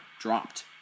dropped